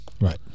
right